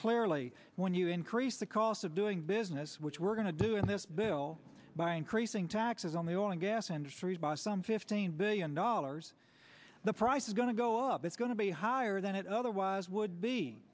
clearly when you increase the cost of doing business which we're going to do in this bill by increasing taxes on the oil and gas industry by some fifteen billion dollars the price is going to go up it's going to be higher than it otherwise would be